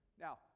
Now